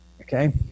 Okay